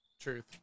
Truth